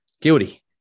guilty